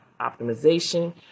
optimization